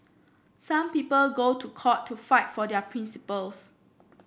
some people go to court to fight for their principles